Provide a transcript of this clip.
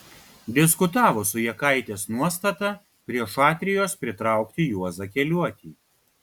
diskutavo su jakaitės nuostata prie šatrijos pritraukti juozą keliuotį